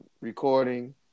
recording